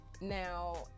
now